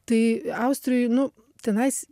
tai austrijoj nu tenais